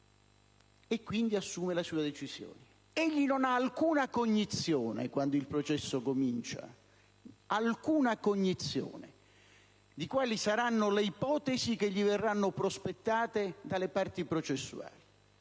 e quindi assume le sue decisioni. Egli non ha alcuna cognizione, quando il processo comincia, di quali saranno le ipotesi che gli verranno prospettate dalle parti processuali.